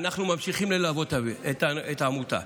אנחנו ממשיכים ללוות את העמותה.